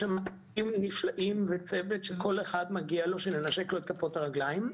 יש שם רופאים נפלאים וצוות שכל אחד מגיע לו שננשק לו את כפות הרגלים,